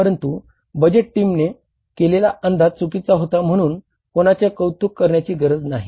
परंतु बजेट टीमने केलेला अंदाज चुकीचा होता म्हणून कोणाचे कौतुक करण्याची गरज नाही